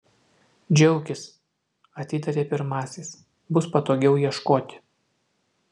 džiaukis atitarė pirmasis bus patogiau ieškoti